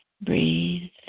Breathe